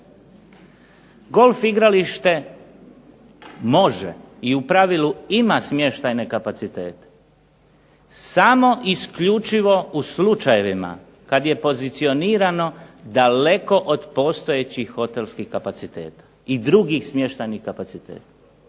Golf igralište može i u pravilu ima smještajne kapacitete samo isključivo u slučajevima kad je pozicionirano daleko od postojećih hotelskih kapaciteta i drugih smještajnih kapaciteta.